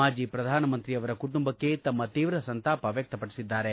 ಮಾಜಿ ಪ್ರಧಾನಮಂತ್ರಿಯವರ ಕುಟುಂಬಕ್ಕೆ ತಮ್ಮ ತೀವ್ರ ಸಂತಾಪ ವ್ಯಕ್ತಪಡಿಸಿದ್ದಾರೆ